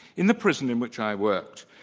in the prison in which i worked,